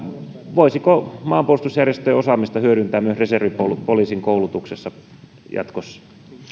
voisiko maanpuolustusjärjestöjen osaamista hyödyntää myös reservipoliisin koulutuksessa jatkossa